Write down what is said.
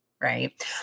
right